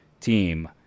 team